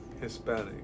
Hispanic